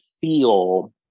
feel